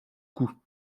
cou